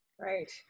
Right